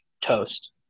toast